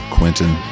Quentin